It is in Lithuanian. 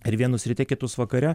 ir vienus ryte kitus vakare